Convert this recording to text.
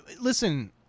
Listen